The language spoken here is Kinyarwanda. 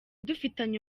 dufitanye